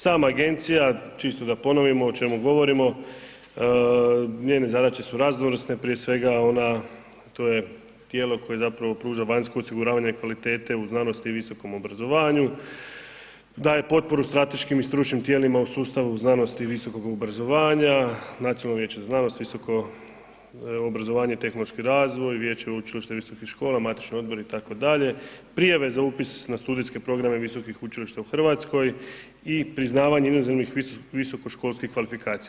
Sama agencija, čisto da ponovimo o čemu govorimo, njene zadaću su raznovrsne, prije svega, ona, to je tijelo koje pruža vanjsku osiguravanje kvalitete u znanosti i visokom obrazovanju, daje potporu strateškim i stručnim tijelima u sustavu znanosti i visokog obrazovanja, Nacionalno vijeće za znanost, visoko obrazovanje i tehnološki razvoj, vijeće učilišta i visokih škola, matični odbori itd., prijave za upis na studijske programe visokih učilišta u Hrvatskoj i priznavanje inozemnih visokoškolskih kvalifikacija.